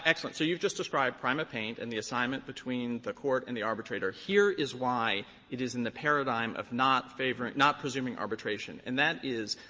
excellent. so you've just described prima paint and the assignment between the court and the arbitrator. here is why it is in the paradigm of not favoring not presuming arbitration, and that is,